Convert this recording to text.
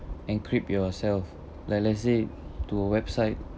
encrypt yourself like let's say to a website